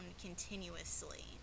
continuously